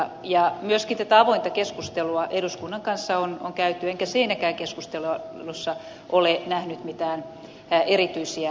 myöskin tätä avointa keskustelua eduskunnan kanssa on käyty enkä siinäkään keskustelussa ole nähnyt mitään erityisiä ristiriitoja